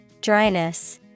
Dryness